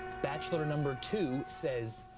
bachelor number two says,